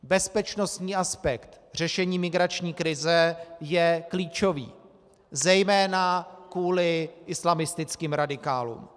Bezpečnostní aspekt řešení migrační krize je klíčový, zejména kvůli islamistickým radikálům.